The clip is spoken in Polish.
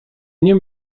nie